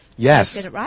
Yes